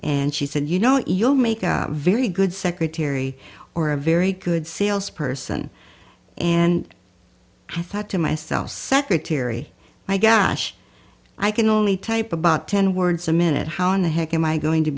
and she said you know what you'll make a very good secretary or a very good sales person and i thought to myself secretary my gosh i can only type about ten words a minute how in the heck am i going to